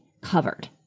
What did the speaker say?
covered